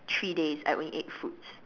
three days I only ate fruits